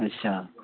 अच्छा